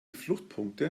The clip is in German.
fluchtpunkte